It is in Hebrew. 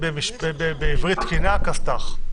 פחות טוב.